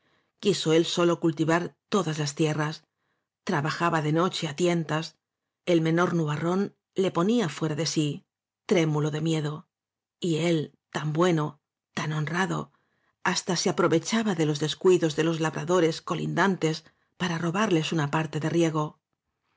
quiso él solo cultivar todas las tie rras trabajaba de noche á tientas el menor nubarrón le ponía fuera de sí trémulo de mie do y él tan bueno tan honrado hasta se aprovechaba de los descuidos de los labradores colindantes para robarles una parte de riego